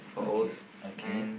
okay okay